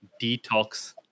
detox